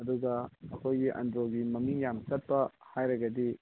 ꯑꯗꯨꯒ ꯑꯩꯈꯣꯏꯒꯤ ꯑꯟꯗ꯭ꯔꯣꯒꯤ ꯃꯃꯤꯡ ꯌꯥꯝ ꯆꯠꯄ ꯍꯥꯏꯔꯒꯗꯤ